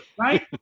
Right